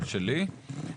ושלי.